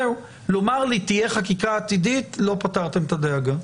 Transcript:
זה קורה בנושא מסמכים ובקרה בקשר למשרד החינוך.